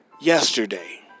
yesterday